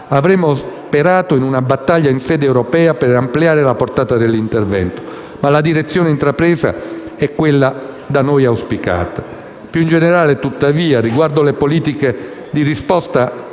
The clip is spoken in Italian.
Avremmo sperato in una battaglia in sede europea per ampliare la portata dell'intervento, ma la direzione intrapresa è quella da noi auspicata. Più in generale, tuttavia, riguardo alle politiche di risposta